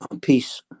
Peace